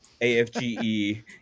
AFGE